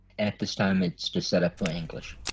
at this time it's just setup plain english.